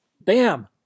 Bam